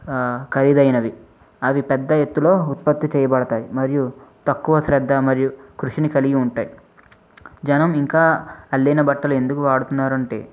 ఖరీదైనవి అవి పెద్ద ఎత్తులో ఉత్పత్తి చేయబడతాయి మరియు తక్కువ శ్రద్ధ మరియు కృషిని కలిగి ఉంటాయి జనం ఇంకా అల్లిన బట్టలు ఎందుకు వాడుతున్నారు అంటే